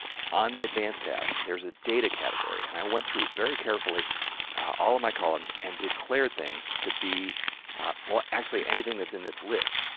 on the advanced tab there's a data category and i went through very carefully all of my columns and declared things to be well, actually anything that's in this list,